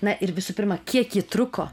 na ir visų pirma kiek ji truko